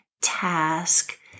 task